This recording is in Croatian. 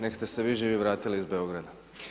Nek ste se vi živi vratili iz Beograda.